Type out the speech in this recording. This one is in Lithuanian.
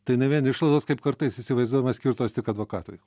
tai ne vien išlaidos kaip kartais įsivaizduojame skirtos tik advokatui